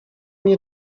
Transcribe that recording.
nie